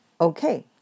Okay